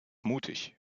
mutig